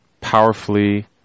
powerfully